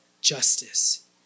justice